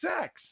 sex